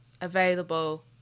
available